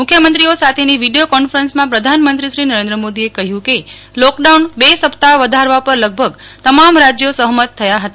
મુખ્યમંત્રીઓ સાથેની વિડીઓ કોન્ફરન્સમાં પ્રધાનમંત્રી શ્રી નરેન્દ્ર મોદીએ કહ્યું કે લોકડાઉન બે સપ્તાફ વધારવા પર લગભગ તમામ રાજ્યો સહમત થયા હતા